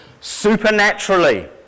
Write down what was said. Supernaturally